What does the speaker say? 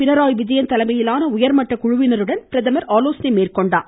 பினராயி விஜயன் தலைமையிலான உயர்மட்டக் குழுவினருடன் பிரதமர் ஆலோசனை மேற்கொண்டார்